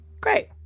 Great